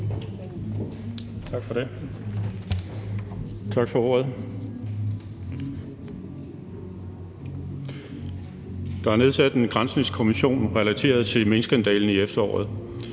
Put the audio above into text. Der er nedsat en granskningskommission relateret til minkskandalen i efteråret.